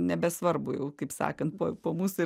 nebesvarbu jau kaip sakan po po mūsų ir